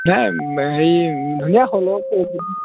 নাই হেৰি ধুনীয়া হ'লৰ পৰিৱেশ